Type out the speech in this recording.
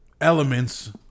elements